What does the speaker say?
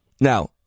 Now